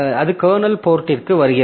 அது கர்னல் போர்ட்டிற்கு வருகிறது